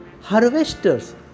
Harvesters